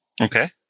Okay